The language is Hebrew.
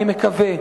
אני מקווה,